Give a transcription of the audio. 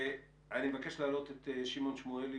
אני מבקש להעלות את שמעון שמואלי,